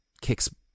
kicks